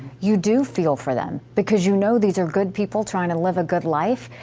you do feel for them. because you know these are good people, trying to live a good life,